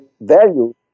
value